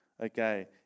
Okay